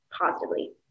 positively